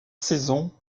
saison